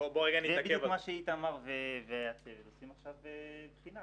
זה בדיוק מה שאיתמר והצוות עושים עכשיו בחינה,